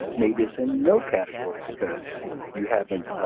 maybe it's in no category because you haven't,